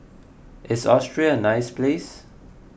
is Austria a nice place